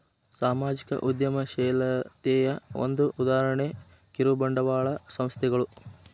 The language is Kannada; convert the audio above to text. ಸಾಮಾಜಿಕ ಉದ್ಯಮಶೇಲತೆಯ ಒಂದ ಉದಾಹರಣೆ ಕಿರುಬಂಡವಾಳ ಸಂಸ್ಥೆಗಳು